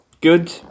Good